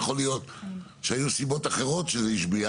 יכול להיות שהיו סיבות אחרות שזה השביח